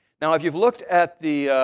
now, if you've looked at the